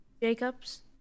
Jacobs